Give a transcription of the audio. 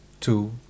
two